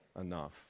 enough